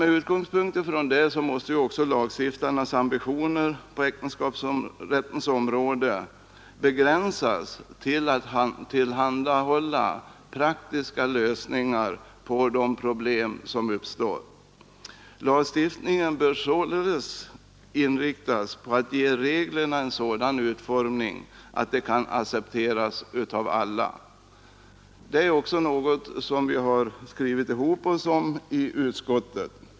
Med utgångspunkt i denna tankegång måste emellertid också ambitionerna hos lagstiftaren på äktenskapsrättens område begränsas till att tillhandahålla praktiska lösningar på de problem som uppstår. Lagstiftningen bör således ges en sådan utformning att reglerna kan accepteras av alla. Det är också något som vi har enats om i utskottet.